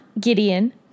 Gideon